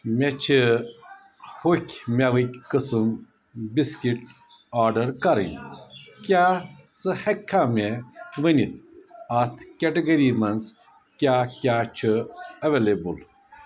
مےٚ چھِ ہوٚکھۍ مٮ۪وٕکۍ قٕسٕم بِسکِٹ آرڈر کرٕنۍ کیٛاہ ژٕ ہٮ۪ککھا مےٚ ونِتھ اَتھ کیٹگری منٛز کیٛاہ کیٛاہ چھِ اویلیبٕل